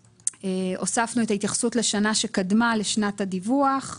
הוספנו את ההתייחסות לשנה שקדמה לשנת הדיווח.